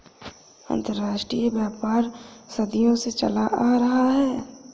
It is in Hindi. अंतरराष्ट्रीय व्यापार सदियों से चला आ रहा है